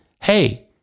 Hey